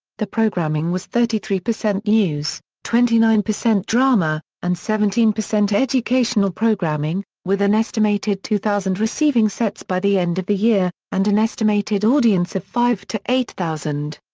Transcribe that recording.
the programming was thirty three percent news, twenty nine percent drama, and seventeen percent educational programming, with an estimated two thousand receiving sets by the end of the year, and an estimated audience of five to eight thousand.